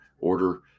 order